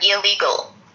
illegal